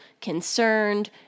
concerned